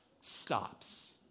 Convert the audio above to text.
stops